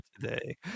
today